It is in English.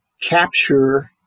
capture